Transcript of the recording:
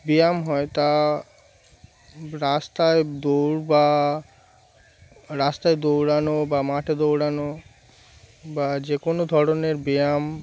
ব্যায়াম হয় তা রাস্তায় দৌড় বা রাস্তায় দৌড়ানো বা মাঠে দৌড়ানো বা যে কোনো ধরনের ব্যায়াম